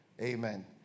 Amen